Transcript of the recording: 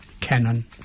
Canon